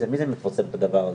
מי מפרסם את הדבר הזה.